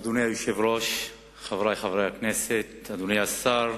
אדוני היושב-ראש, חברי חברי הכנסת, אדוני השר,